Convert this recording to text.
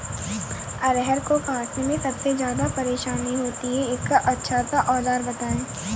अरहर को काटने में सबसे ज्यादा परेशानी होती है इसका अच्छा सा औजार बताएं?